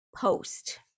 post